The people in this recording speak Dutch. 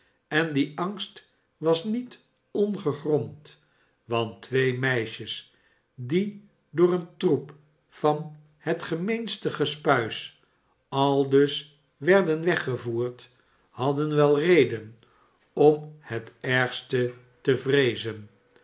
en die angst was niet ongegrond want twee meisjes die door een troep van het gemeenste gespuii aldus werden weggevoerd hadden wel reden om het ergste te vreezen